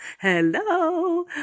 Hello